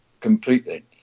completely